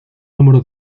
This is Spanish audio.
número